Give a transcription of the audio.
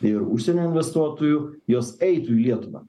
ir užsienio investuotojų jos eitų į lietuvą